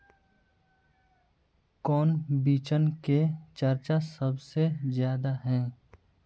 कौन बिचन के चर्चा सबसे ज्यादा है?